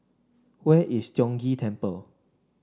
where is Tiong Ghee Temple